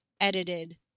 edited